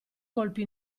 colpi